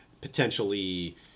potentially